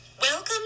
Welcome